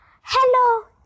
Hello